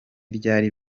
ryari